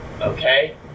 okay